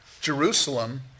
Jerusalem